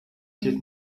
did